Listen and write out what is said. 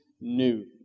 new